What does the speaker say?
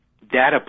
data